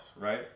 right